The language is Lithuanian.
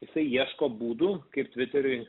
jisai ieško būdų kaip tviteryje